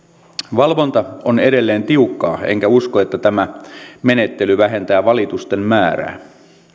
valvonta on edelleen tiukkaa enkä usko että tämä menettely vähentää valitusten määrää